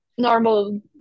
normal